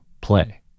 play